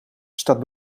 staat